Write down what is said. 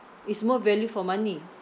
is more value for money